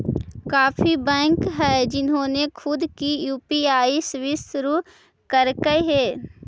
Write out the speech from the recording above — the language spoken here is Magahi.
काफी बैंक हैं जिन्होंने खुद की यू.पी.आई सर्विस शुरू करकई हे